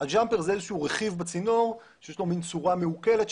שהוא רכיב בצינור שיש לו מן צורה מעוקלת,